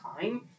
time